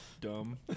dumb